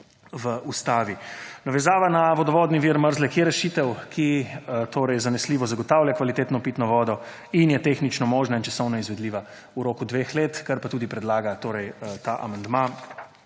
v ustavi. Navezava na vodovodni vir Mrzlek je rešitev, ki torej zanesljivo zagotavlja kvalitetno pitno vodo in je tehnično možna in časovno izvedljiva v roku dveh let, kar pa tudi predlaga ta amandma,